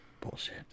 Bullshit